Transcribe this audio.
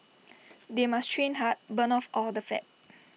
they must train hard burn off all the fat